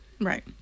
Right